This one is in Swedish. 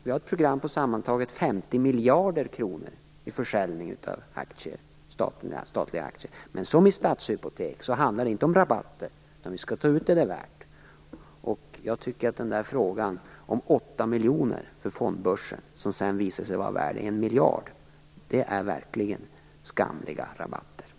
Vi har ett program på sammantaget 50 miljarder kronor i försäljning av statliga aktier, men som i Stadshypotek handlar det inte om rabatter, utan vi skall ta ut vad det är värt. Att ta ut 8 miljoner för Stockholms Fondbörs, som sedan visade sig vara värt 1 miljard kronor, är verkligen att ge skamliga rabatter.